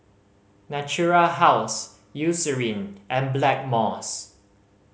Natura House Eucerin and Blackmores